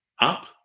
up